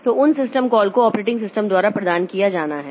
तो उन system call को ऑपरेटिंग सिस्टम द्वारा प्रदान किया जाना है